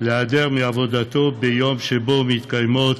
להיעדר מעבודתו ביום שבו מתקיימות